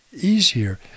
easier